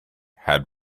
had